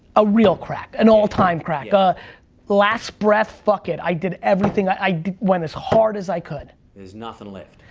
a real crack, an all time crack, a last breath fuck it i did everything, i went as hard as i could. there's nothing left.